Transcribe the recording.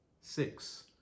six